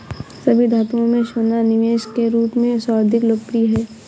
सभी धातुओं में सोना निवेश के रूप में सर्वाधिक लोकप्रिय है